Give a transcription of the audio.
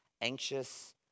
anxious